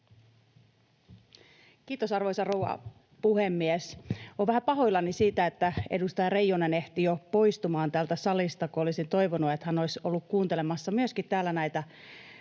Kiitos, arvoisa rouva puhemies! Olen vähän pahoillani siitä, että edustaja Reijonen ehti jo poistumaan täältä salista, kun olisin toivonut, että myöskin hän olisi ollut kuuntelemassa täällä näitä